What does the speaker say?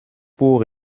pour